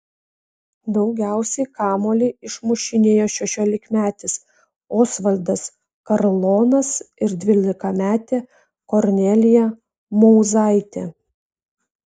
daugiausiai kamuolį išmušinėjo šešiolikmetis osvaldas karlonas ir dvylikametė kornelija mauzaitė